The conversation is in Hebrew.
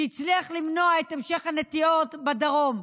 שהצליח למנוע את המשך הנטיעות בדרום.